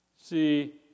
See